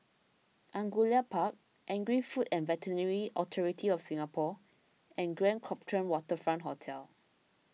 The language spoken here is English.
Angullia Park Agri Food and Veterinary Authority of Singapore and Grand Copthorne Waterfront Hotel